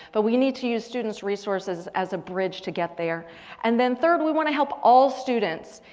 but we need to use student's resources as a bridge to get there and then third we wanna help all students.